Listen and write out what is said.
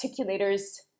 articulators